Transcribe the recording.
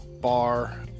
bar